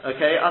Okay